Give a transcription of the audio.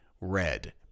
Red